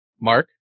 Mark